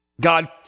God